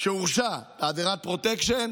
שהורשע בעבירת פרוטקשן